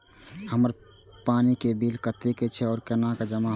हमर पानी के बिल कतेक छे और केना जमा होते?